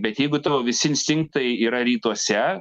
bet jeigu tavo visi instinktai yra rytuose